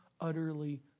utterly